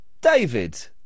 David